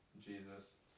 Jesus